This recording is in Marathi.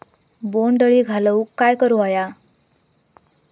बोंड अळी घालवूक काय करू व्हया?